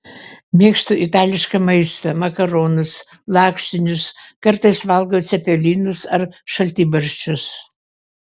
mėgstu itališką maistą makaronus lakštinius kartais valgau cepelinus ar šaltibarščius